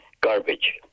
garbage